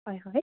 হয় হয়